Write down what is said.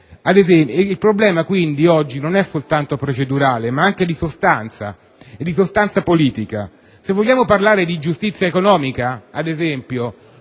Il problema, quindi, oggi non è soltanto procedurale, ma anche di sostanza politica. Se vogliamo parlare di giustizia economica, ad esempio,